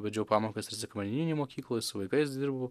vedžiau pamokas ir sekmadieninėj mokykloj su vaikais dirbau